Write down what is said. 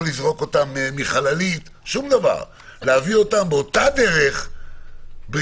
לא לזרוק אותם בחללית אלא להביא אותם באותה דרך בריאותית,